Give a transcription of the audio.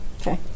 Okay